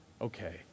okay